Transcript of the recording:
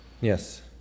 Yes